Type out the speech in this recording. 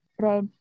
Right